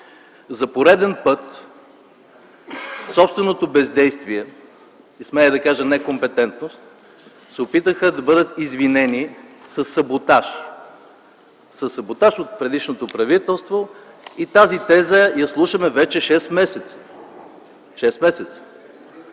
за пореден път собственото бездействие, и смея да кажа некомпетентност, се опитаха да бъдат извинени със саботаж от предишното правителство и тази теза я слушаме вече 6 месеца. Шест месеца!